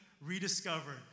rediscovered